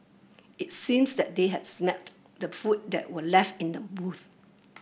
it seems that they had smelt the food that were left in the boots